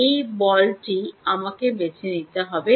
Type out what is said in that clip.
এই বলটিই আমাকে বেছে নিতে হবে